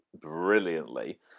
brilliantly